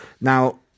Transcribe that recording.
Now